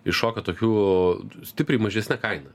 iššoka tokių stipriai mažesne kaina